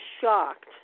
shocked